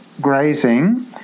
grazing